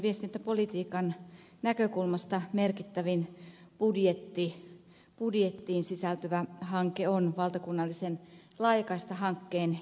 viestintäministeriön viestintäpolitiikan näkökulmasta merkittävin budjettiin sisältyvä hanke on valtakunnallisen laajakaistahankkeen eteenpäinvieminen